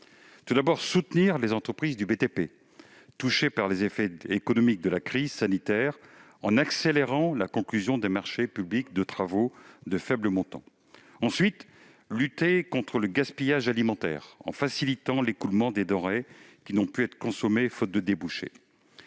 objectifs : soutenir les entreprises du BTP touchées par les effets économiques de la crise sanitaire en accélérant la conclusion des marchés publics de travaux de faible montant ; lutter contre le gaspillage alimentaire, en facilitant l'écoulement des denrées qui n'ont pu être consommées faute de débouchés.